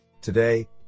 Today